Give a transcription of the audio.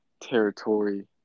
territory